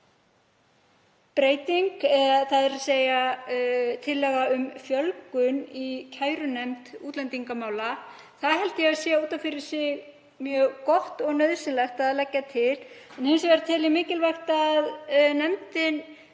breyting, er tillaga um fjölgun í kærunefnd útlendingamála. Það held ég að sé út af fyrir sig mjög gott og nauðsynlegt að leggja til. Hins vegar tel ég mikilvægt að nefndin